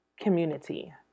community